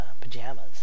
pajamas